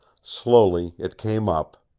slowly it came up,